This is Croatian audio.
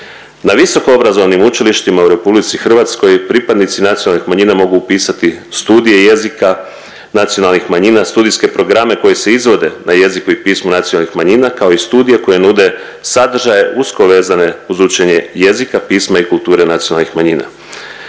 Na visokoobrazovnim učilištima u RH pripadnici nacionalnih manjina mogu upisati studije jezika nacionalnih manjina, studijske programe koji se izvode na jeziku i pismu nacionalnih manjina kao i studije koje nude sadržaje usko vezane uz učenje jezika, pisma i kulture nacionalnih manjina.